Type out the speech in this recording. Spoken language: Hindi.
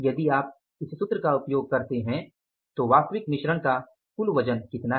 यदि आप उस सूत्र का उपयोग करते हैं तो वास्तविक मिश्रण का कुल वजन कितना है